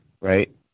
right